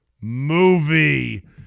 movie